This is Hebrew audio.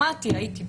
שמעתי, הייתי פה.